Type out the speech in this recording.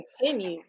continue